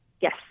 Yes